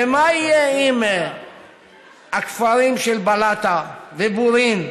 ומה יהיה עם הכפרים של בלאטה ובורין,